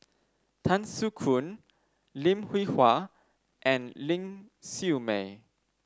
Tan Soo Khoon Lim Hwee Hua and Ling Siew May